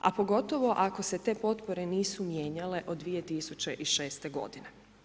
A pogotovo ako se te potpore nisu mijenjale od 2006. godine.